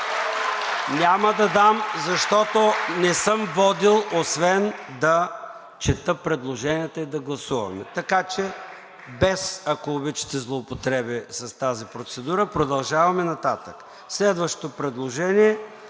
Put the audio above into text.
Няма да дам, защото не съм водил освен да чета предложенията и да гласуваме. Така че без, ако обичате, злоупотреби с тази процедура. Продължаваме нататък. Следващо предложение.